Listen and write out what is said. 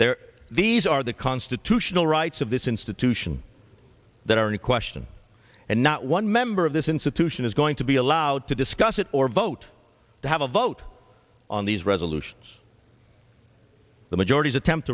there these are the constitutional rights of this institution that are in question and not one member of this institution is going to be allowed to discuss it or vote to have a vote on these resolutions the majority's attempt